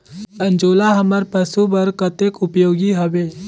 अंजोला हमर पशु बर कतेक उपयोगी हवे?